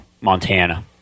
Montana